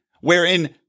wherein